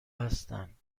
هستند